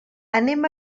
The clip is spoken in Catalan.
anem